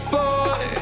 boy